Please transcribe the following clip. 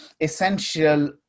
essential